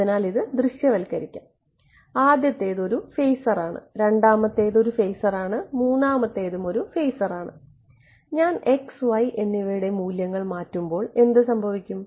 അതിനാൽ ഇത് ദൃശ്യവൽക്കരിക്കുക ആദ്യത്തേത് ഒരു ഫേസറാണ് രണ്ടാമത്തേത് ഒരു ഫേസറാണ് മൂന്നാമത്തേതും ഒരു ഫേസറാണ് ഞാൻ x y എന്നിവയുടെ മൂല്യങ്ങൾ മാറ്റുമ്പോൾ എന്ത് സംഭവിക്കും